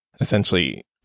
Essentially